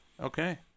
Okay